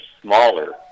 smaller